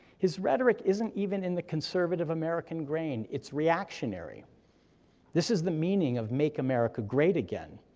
his rhetoric isn't even in the conservative american grain, it's reactionary this is the meaning of make america great again.